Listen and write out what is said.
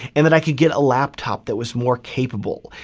and that i could get a laptop that was more capable,